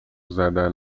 زدن